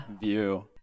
view